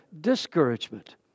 discouragement